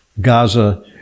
Gaza